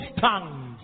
tongues